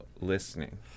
listening